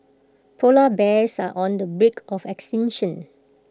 Polar Bears are on the brink of extinction